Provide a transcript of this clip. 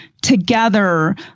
together